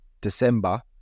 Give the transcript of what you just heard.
December